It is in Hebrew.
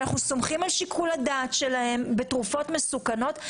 ואנחנו סומכים על שיקול הדעת שלהם בתרופות מסוכנות,